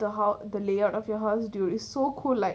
the hou~ the layout of your house dude is so cool like